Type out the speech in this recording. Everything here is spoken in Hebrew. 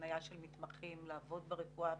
הפניה של מתמחים לעבוד ברפואה הפנימית.